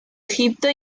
egipto